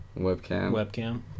webcam